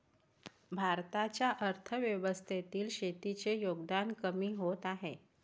भारताच्या अर्थव्यवस्थेतील शेतीचे योगदान कमी होत आहे